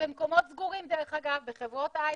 במקומות סגורים דרך אגב, בחברות ההייטק,